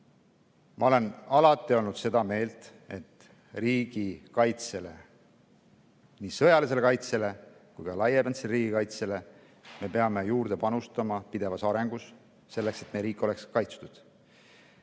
Ma olen alati olnud seda meelt, et riigikaitsele, nii sõjalisele kaitsele kui ka laiapindsele riigikaitsele, me peame juurde panustama pidevas arengus, selleks et meie riik oleks kaitstud.